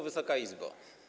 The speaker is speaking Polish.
Wysoka Izbo!